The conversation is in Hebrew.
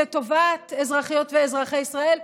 לטובת אזרחיות ואזרחי ישראל,